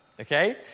okay